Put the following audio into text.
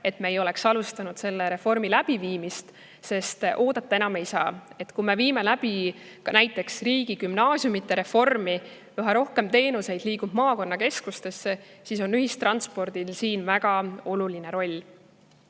et me ei oleks alustanud selle reformi läbiviimist, sest oodata enam ei saa. Kui me viime läbi näiteks riigigümnaasiumide reformi, siis liigub üha rohkem teenuseid maakonnakeskustesse, ja siin on ühistranspordil väga oluline roll.